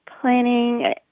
planning